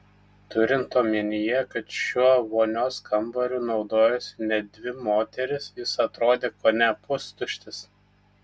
turint omenyje kad šiuo vonios kambariu naudojosi net dvi moterys jis atrodė kone pustuštis